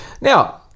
Now